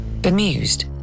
Bemused